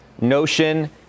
notion